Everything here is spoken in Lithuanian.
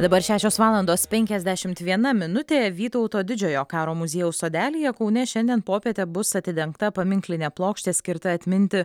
dabar šešios valandos penkiasdešimt viena minutė vytauto didžiojo karo muziejaus sodelyje kaune šiandien popietę bus atidengta paminklinė plokštė skirta atminti